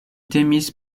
temis